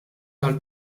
tal